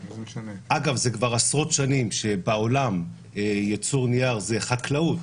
אגב זה כבר עשרות שנים שבעולם ייצור נייר זה חקלאות